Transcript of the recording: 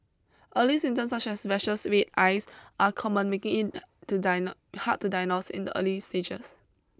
early symptoms such as rashes and red eyes are common making to diagnose hard to diagnose in the early stages